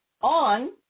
on